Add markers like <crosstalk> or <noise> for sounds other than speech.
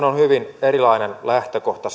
<unintelligible> on hyvin erilainen lähtökohta <unintelligible>